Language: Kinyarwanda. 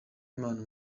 impano